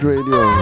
Radio